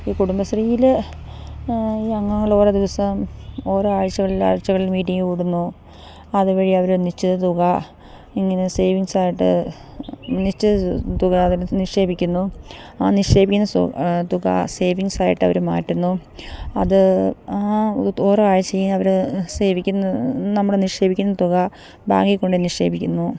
ഈ കുടുംബശ്രീയിൽ ഈ അംഗങ്ങൾ ഓരോ ദിവസം ഓരോ ആഴ്ചകളിൽ ആഴ്ചകളിൽ മീറ്റിങ്ങ് കൂടുന്നു അതു വഴി അവർ നിശ്ചിത തുക ഇങ്ങനെ സേവിങ്ങ്സായിട്ട് നിശ്ചിത തുക അതിൽ നിക്ഷേപിക്കുന്നു ആ നിക്ഷേപിക്കുന്ന തുക സേവിങ്ങ്സായിട്ട് അവർ മാറ്റുന്നു അത് ആ ഓരോ ആഴ്ചയും അവർ സേവിക്കുന്ന നമ്മുടെ നിക്ഷേപിക്കുന്ന തുക ബാങ്കിൽ കൊണ്ടു നിക്ഷേപിക്കുന്നു